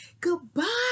Goodbye